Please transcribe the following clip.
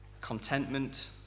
contentment